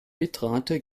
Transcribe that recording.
bitrate